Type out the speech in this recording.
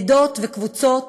עדות וקבוצות,